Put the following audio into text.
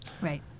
Right